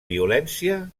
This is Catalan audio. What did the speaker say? violència